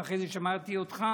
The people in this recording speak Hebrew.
ואחרי זה שמעתי אותך,